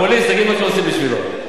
פופוליסט, תגיד מה עושים בשבילו.